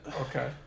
Okay